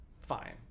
Fine